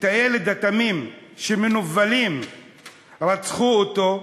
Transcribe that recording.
את הילד התמים שמנוולים רצחו אותו,